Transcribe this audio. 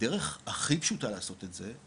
הדרך הכי פשוטה לעשות את זה,